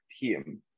team